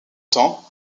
temps